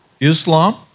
Islam